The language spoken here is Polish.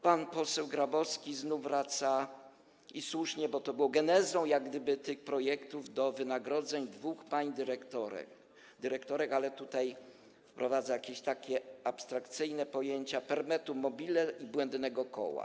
Pan poseł Grabowski znów wraca - i słusznie, bo to było jak gdyby genezą tych projektów - do wynagrodzeń dwóch pań dyrektorek, ale tutaj wprowadza jakieś takie abstrakcyjne pojęcia perpetuum mobile i błędnego koła.